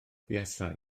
buasai